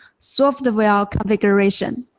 software configuration.